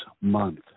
month